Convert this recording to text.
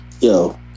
Yo